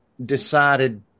decided